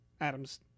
Adam's